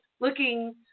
looking